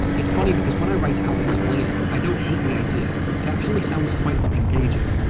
it's funny, because when i write it out and explain it, i don't hate the idea. it actually sounds quite engaging.